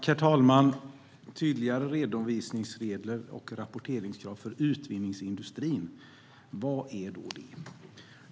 Herr talman! Tydligare redovisningsregler och rapporteringskrav för utvinningsindustrin, vad är det?